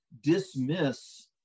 dismiss